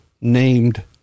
named